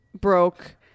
broke